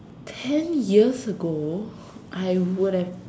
ten years ago I would have